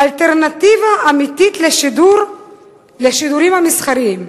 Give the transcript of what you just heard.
אלטרנטיבה אמיתית לשידורים המסחריים.